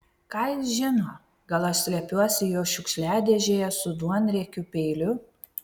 ką jis žino gal aš slepiuosi jo šiukšliadėžėje su duonriekiu peiliu